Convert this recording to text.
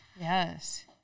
Yes